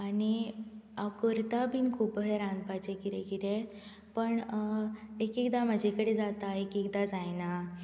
आनी हांव करता बीन खूब रांदपाचे कितें कितेैं पण एक एकदा म्हाजे कडेन जाता एक एकदां जायना